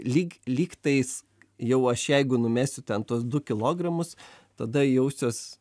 lyg lygtais jau aš jeigu numesiu ten tuos du kilogramus tada jausiuos